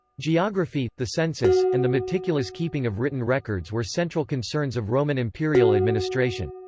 geography, the census, and the meticulous keeping of written records were central concerns of roman imperial administration.